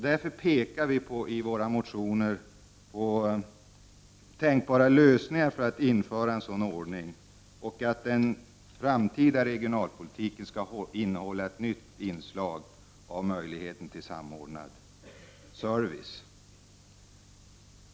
Därför pekar vi i våra motioner på tänkbara lösningar för att införa en sådan ordning att den framtida regionalpolitiken innehåller ett nytt inslag av samordnad service.